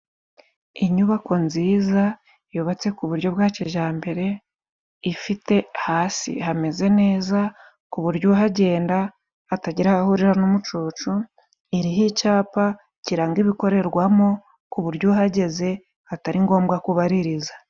Inyubako nziza yubatse ku buryo bwa kijambere ifite hasi hameze neza ku buryo uhagenda atagira aho ahurira n'umucucu , iriho icapa kiranga ibikorerwamo ku buryo uhageze atari ngombwa kubaririza.